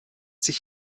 sich